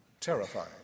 terrifying